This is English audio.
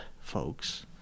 folks